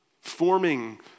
forming